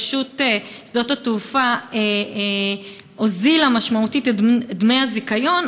רשות שדות התעופה הוזילה משמעותית את דמי הזיכיון,